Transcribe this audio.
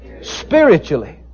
Spiritually